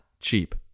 Cheap